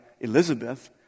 Elizabeth